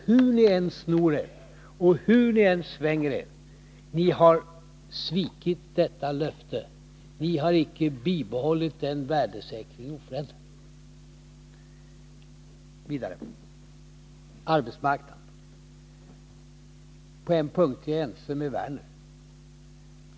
Hur ni än snor er och hur ni än svänger er, så har ni svikit detta löfte. Ni har icke bibehållit värdesäkringen. Så till arbetsmarknaden: På en punkt är jag ense med Lars Werner.